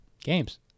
Games